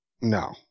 No